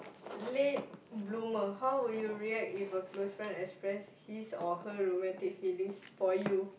late bloomer how would you react if your close friend express his or her romantic feelings for you